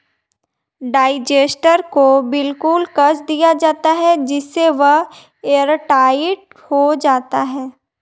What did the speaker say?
digester को बिल्कुल कस दिया जाता है जिससे वह एयरटाइट हो जाता है